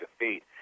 defeat